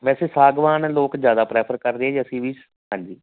ਵੈਸੇ ਸਾਗਵਾਨ ਲੋਕ ਜ਼ਿਆਦਾ ਪ੍ਰੈਫਰ ਕਰਦੇ ਹੈ ਜੀ ਅਸੀਂ ਵੀ ਹਾਂਜੀ